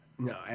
No